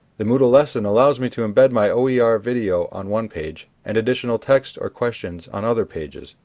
the moodle lesson allows me to embed my oer ah video on one page, and additional text or questions on other pages.